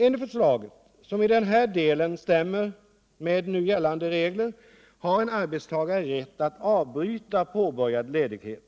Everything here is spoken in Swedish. Enligt förslaget, som i den här delen stämmer med nu gällande regler, har en arbetstagare rätt att avbryta påbörjad ledighet.